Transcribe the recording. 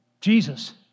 Jesus